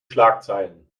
schlagzeilen